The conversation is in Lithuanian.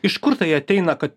iš kur tai ateina kad